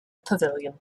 pavilion